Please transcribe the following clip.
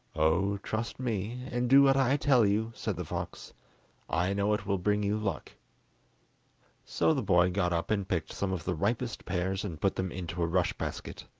oh, trust me, and do what i tell you said the fox i know it will bring you luck so the boy got up and picked some of the ripest pears and put them into a rush basket.